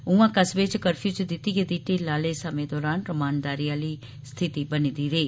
उआं कस्बे च कर्फ्यू च दित्ती गेदी ढिल्ल आहले समें दौरान रमानदारी आली स्थिति बनी दी रेई